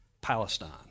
Palestine